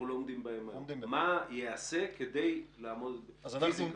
אז תספר מה ייעשה כדי לעמוד ביעדים?